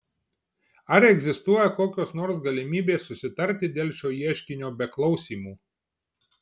ar egzistuoja kokios nors galimybės susitarti dėl šio ieškinio be klausymų